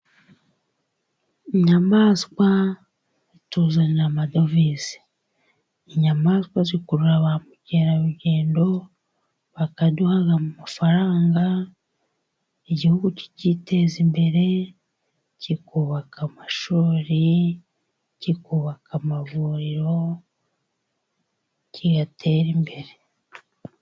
Inyamanswa zituzanira amadovize, inyamanswa zikurura ba mukerarugendo, bakaduha amafaranga igihugu kikiteza imbere, kikubaka amashuri, kikubaka amavuriro, kikiteza imbere.